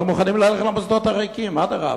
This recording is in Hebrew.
אנחנו מוכנים ללכת למוסדות הריקים, אדרבה,